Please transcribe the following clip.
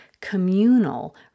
communal